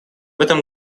этом